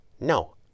No